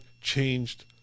changed